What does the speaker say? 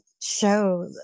show